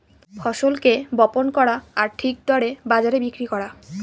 ফসলকে বপন করা আর ঠিক দরে বাজারে বিক্রি করা